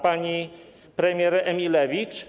Pani premier Emilewicz?